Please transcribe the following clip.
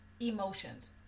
emotions